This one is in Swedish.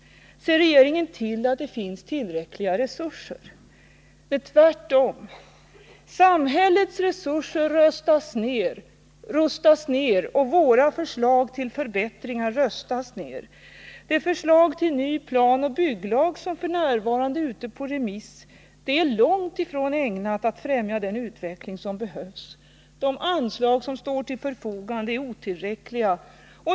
Ser regeringen till att det finns tillräckliga resurser? Nej, tvärtom! Samhällets resurser rustas ned och våra förslag till förbättringar röstas ned. Det förslag till ny planoch bygglag som f. n. är ute på remiss är långt ifrån ägnat att främja den utveckling som behövs. De anslag som står till förfogande är otillräckliga.